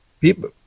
people